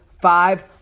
five